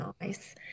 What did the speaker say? nice